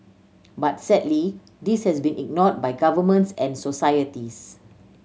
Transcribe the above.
but sadly this has been ignored by governments and societies